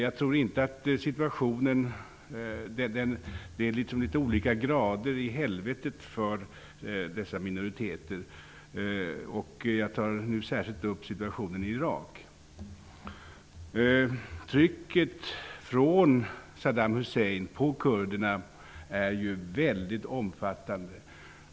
Man kan säga att det är olika grader i helvetet för dessa minoriteter. Jag tänker här särskilt ta upp situationen i Irak. Saddam Husseins tryck på kurderna är väldigt omfattande.